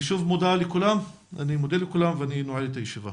אני שוב מוד לכולם ואני נועל את הישיבה.